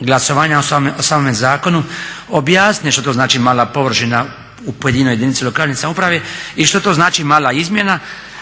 glasovanja o samome zakonu objasne što to znači mala površina u pojedinoj jedinici lokalne samouprave i što to znači mala izmjena